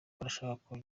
barashaka